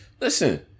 listen